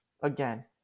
Again